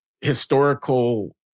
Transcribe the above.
historical